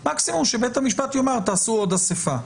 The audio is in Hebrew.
אלא מקסימום שבית המשפט יאמר תעשו עוד אסיפה.